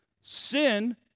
Sin